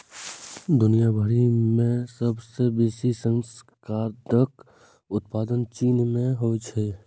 दुनिया भरि मे सबसं बेसी शकरकंदक उत्पादन चीन मे होइ छै